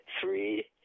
three